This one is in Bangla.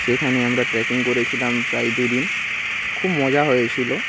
সেখানে আমরা ট্রেকিং করেছিলাম প্রায় দু দিন খুব মজা হয়েছিল